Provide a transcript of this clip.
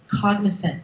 Cognizant